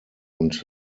und